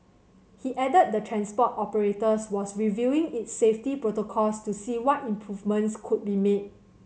he added the transport operators was reviewing its safety protocols to see what improvements could be made